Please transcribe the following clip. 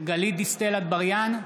גלית דיסטל אטבריאן,